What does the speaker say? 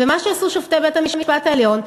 ומה שעשו שופטי בית-המשפט העליון,